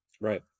right